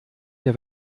mir